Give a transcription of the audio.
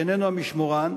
שאיננו המשמורן,